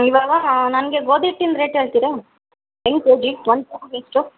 ಇವಾಗ ನನಗೆ ಗೋಧಿ ಹಿಟ್ಟಿನ ರೇಟ್ ಹೇಳ್ತಿರಾ ಹೆಂಗ್ ಕೆಜಿ ಒನ್ ಕೆ ಜಿಗೆ ಎಷ್ಟು